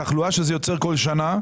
התחלואה שזה יוצר כל שנה,